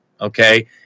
okay